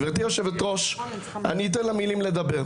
גבירתי היושבת-ראש, אני אתן למילים לדבר.